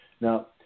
Now